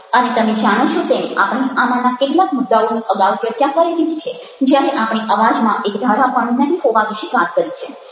અને તમે જાણો છો તેમ આપણે આમાંના કેટલાક મુદ્દાઓની અગાઉ ચર્ચા કરેલી જ છે જ્યારે આપણે અવાજમાં એકધારાપણું નહિ હોવા વિશે વાત કરી છે